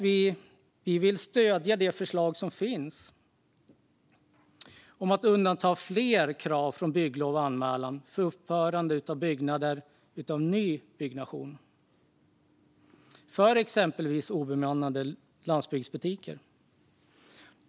Vi vill stödja det förslag som finns om att undanta fler krav från bygglovsplikt och anmälningsplikt för nybyggnation, till exempel för obemannade landsbygdsbutiker.